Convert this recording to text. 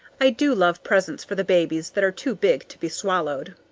i do love presents for the babies that are too big to be swallowed.